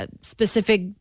specific